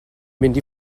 mynd